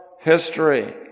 history